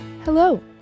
Hello